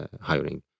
hiring